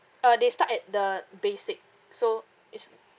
uh they start at the basic so it's